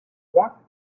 what